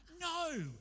No